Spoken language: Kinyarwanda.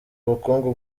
ubukungu